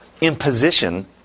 imposition